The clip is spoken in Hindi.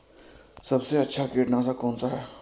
सबसे अच्छा कीटनाशक कौनसा है?